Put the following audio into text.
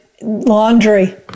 laundry